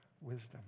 wisdom